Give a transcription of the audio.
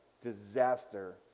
disaster